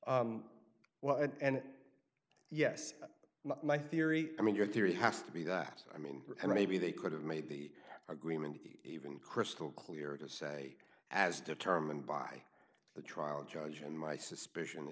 and yes my theory i mean your theory has to be that i mean maybe they could have made the agreement even crystal clear to say as determined by the trial judge and my suspicion